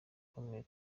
akomeye